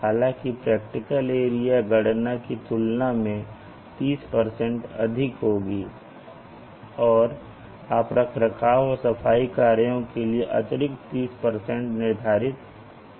हालांकि practical area गणना की तुलना में 30 अधिक होगी और आप रखरखाव और सफाई कार्यों के लिए अतिरिक्त 30 निर्धारित कर सकते हैं